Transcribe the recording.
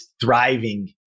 thriving